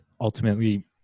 ultimately